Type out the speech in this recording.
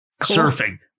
surfing